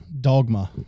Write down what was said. Dogma